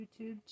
YouTube